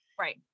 Right